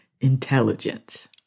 intelligence